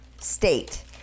state